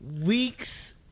weeks